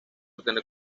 obtener